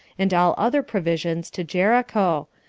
and all other provisions, to jericho,